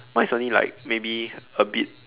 mine is only like maybe a bit